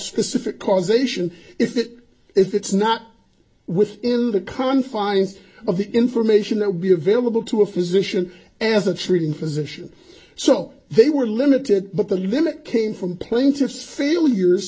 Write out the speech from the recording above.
specific causation if it if it's not within the confines of the information that would be available to a physician as a treating physician so they were limited but the limit came from plaintiff's failures